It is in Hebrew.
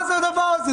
מה זה הדבר הזה?